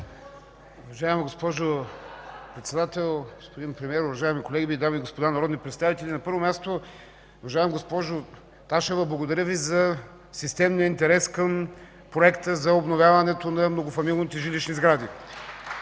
Уважаема госпожо Председател, господин Премиер, уважаеми колеги, дами и господа народни представители! На първо място, уважаема госпожо Ташева, благодаря Ви за системния интерес към проекта за обновяването на многофамилните жилищни сгради